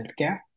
healthcare